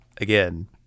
again